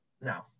No